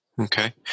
Okay